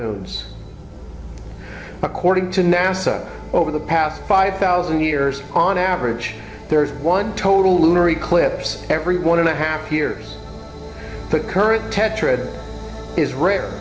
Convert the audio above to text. according to nasa over the past five thousand years on average there is one total lunar eclipse every one and a half years but current tetra is rare